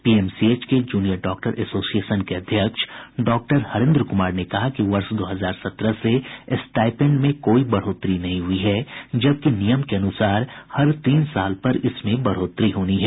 PMCH के junior doctor association के अध्यक्ष डॉक्टर हरेन्द्र कुमार ने कहा कि वर्ष दो हजार सत्रह से स्टाईपेंड में कोई बढ़ोतरी नहीं हुई है जबकि नियम के अनुसार हर तीन साल पर इसमें बढ़ोतरी होनी है